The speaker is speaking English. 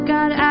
God